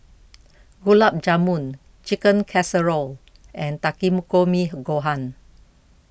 Gulab Jamun Chicken Casserole and Takikomi Gohan